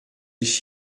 ich